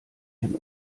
den